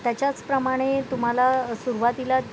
त्याच्याच प्रमाणे तुम्हाला सुरुवातीला